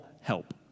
help